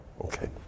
Okay